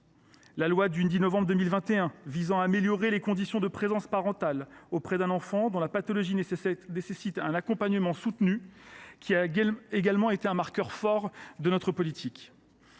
la loi du 15 novembre 2021 visant à améliorer les conditions de présence parentale auprès d’un enfant dont la pathologie nécessite un accompagnement soutenu, autre marqueur fort de notre politique.